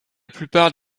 plupart